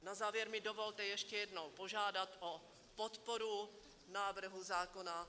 Na závěr mi dovolte ještě jednou požádat o podporu návrhu zákona.